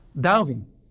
Darwin